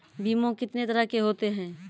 बीमा कितने तरह के होते हैं?